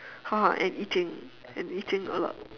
!huh! and eating and eating a lot